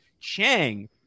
Chang